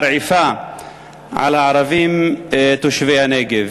מרעיפה על הערבים תושבי הנגב.